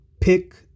pick